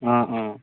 অঁ অঁ